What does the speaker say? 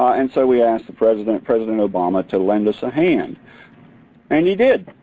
and so we asked the president, president obama, to lend us a hand and he did.